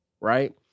right